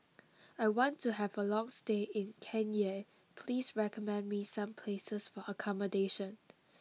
I want to have a long stay in Cayenne please recommend me some places for accommodation